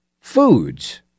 foods